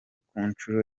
kunshuro